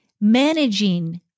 Managing